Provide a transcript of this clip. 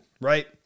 Right